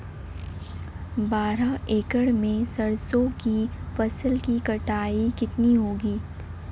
बारह एकड़ में सरसों की फसल की कटाई कितनी होगी?